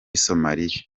somalia